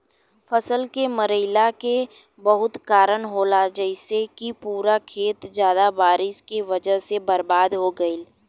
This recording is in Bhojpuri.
फसल के मरईला के बहुत कारन होला जइसे कि पूरा खेत ज्यादा बारिश के वजह से बर्बाद हो गईल